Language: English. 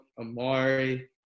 Amari